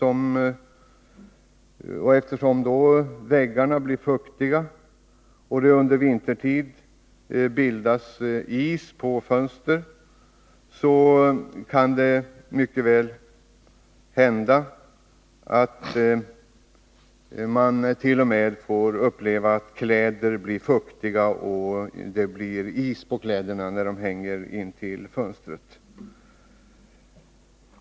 Och eftersom väggarna blir fuktiga och det under vintertid bildas is på fönstren, kan det mycket väl hända att man t.o.m. får uppleva att kläder blir fuktiga och att det blir is på dem när de hänger intill fönstret.